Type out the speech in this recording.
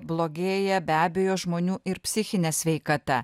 blogėja be abejo žmonių ir psichinė sveikata